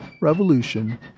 Revolution